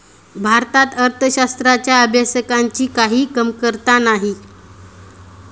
भारतात अर्थशास्त्राच्या अभ्यासकांची काही कमतरता नाही